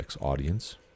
audience